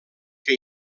que